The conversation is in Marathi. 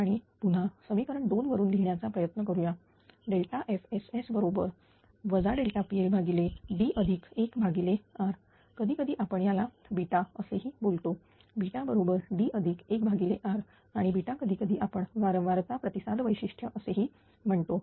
आणि पुन्हा समीकरण 2 वरून लिहिण्याचा प्रयत्न करूया FSS बरोबर PLD1R कधीकधी आपण याला असेही बोलतो बरोबर D1R आणि कधीकधी आपण वारंवारता प्रतिसाद वैशिष्ट्य असेही म्हणतो